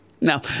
Now